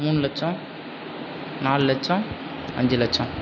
மூணு லட்சம் நாலு லட்சம் அஞ்சு லட்சம்